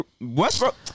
Westbrook